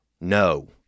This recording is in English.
No